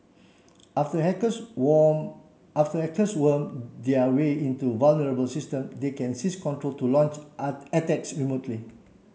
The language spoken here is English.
after hackers worm after hackers worm their way into vulnerable systems they can seize control to launch attacks remotely